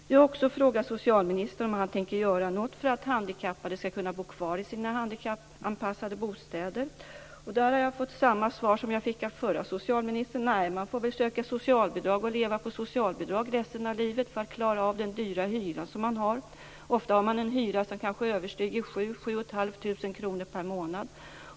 Jag har också frågat socialministern om han tänker göra något för att handikappade skall kunna bo kvar i sina handikappanpassade bostäder. Där har jag fått samma svar som jag fick av förra socialministern: Nej, man får väl söka socialbidrag och leva på socialbidrag resten av livet för att klara av den höga hyra som man har. Ofta har man en hyra som kanske överstiger 7 500 kr. per månad.